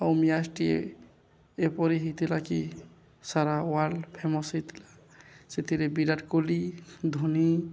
ଆଉ ମ୍ୟାଚ୍ଟିଏ ଏପରି ହେଇଥିଲା କି ସାରା ୱାର୍ଲଡ଼୍ ଫେମସ୍ ହେଇଥିଲା ସେଥିରେ ବିରାଟ କୋହଲି ଧୋନି